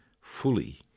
fully